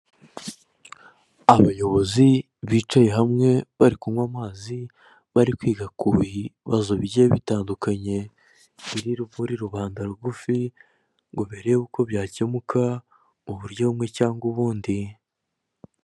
Abayobozi bicaye hamwe bari kunywa amazi, bari kwiga ku bibazo bigiye bitandukanye biri muri rubanda rugufi ngo barebe uko byakemuka mu buryo bumwe cyangwa ubundi.